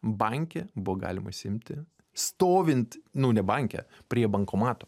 banke buvo galima išsiimti stovint nu ne banke prie bankomato